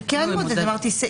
אני אמרתי שאני כן מודדת.